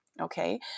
okay